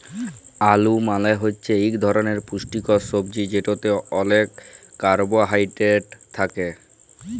আলু মালে হছে ইক ধরলের পুষ্টিকর ছবজি যেটতে অলেক কারবোহায়ডেরেট থ্যাকে